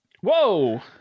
Whoa